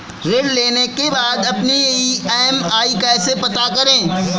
ऋण लेने के बाद अपनी ई.एम.आई कैसे पता करें?